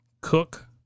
cook